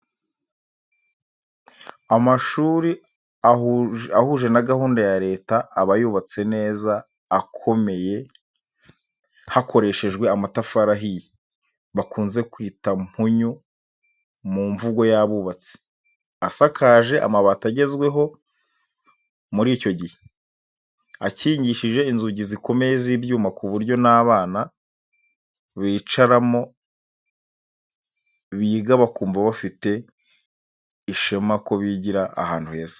Amashuri ahuje na gahunda ya leta, aba yubatse neza akomeye hakoreshejwe amatafari ahiye, bakunze kwita mpunyu mu mvugo y'abubatsi, asakaje amabati agezweho muri icyo gihe, akingishije inzugi zikomeye z'ibyuma, ku buryo n'abana bicaramo biga bakumva bafite ishema ko bigira ahantu heza.